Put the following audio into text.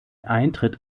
eintritt